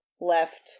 left